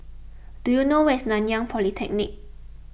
do you know where is Nanyang Polytechnic